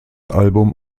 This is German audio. album